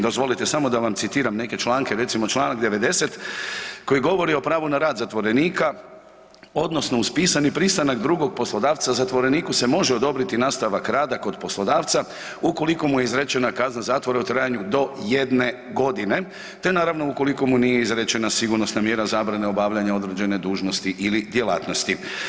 Dozvolite samo da vam citiram neke članke, recimo čl. 90. koji govori o pravu na rad zatvorenika odnosno uz pisani pristanak drugog poslodavca zatvoreniku se može odobriti nastavak rada kod poslodavca ukoliko mu je izrečena kazna zatvora u trajanju do 1.g., te ukoliko mu nije izrečena sigurnosna mjera zabrane obavljanja određene dužnosti ili djelatnosti.